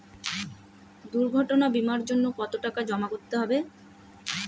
দুর্ঘটনা বিমার জন্য কত টাকা জমা করতে হবে?